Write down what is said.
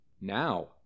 Now